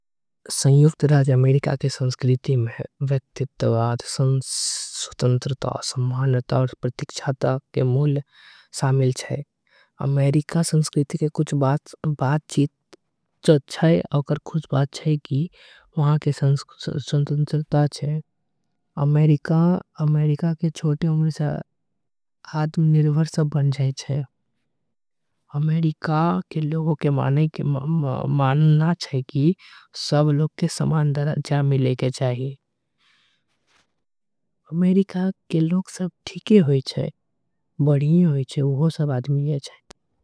संयुक्त राज्य अमेरिका के संस्कृति में व्यक्तित्ववाद। स्वतंत्रतता समानता के बहुत महत्व छे अमेरिका। अमेरिका के संस्कृति के कुछ बात छे की अमेरिका। के छोटे सब आत्म निर्भर बन जाई छे अमेरिका। के लोगों के मानना छे कि सब लोग के समान माने के चाही उहा के लोग बढ़िया छे।